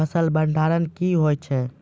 फसल भंडारण क्या हैं?